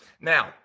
now